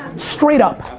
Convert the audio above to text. straight up.